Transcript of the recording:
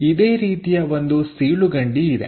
ಇದೇ ರೀತಿಯ ಒಂದು ಸೀಳು ಗಂಡಿ ಇದೆ